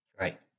right